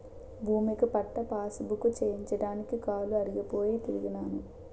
భూమిక పట్టా పాసుబుక్కు చేయించడానికి కాలు అరిగిపోయి తిరిగినాను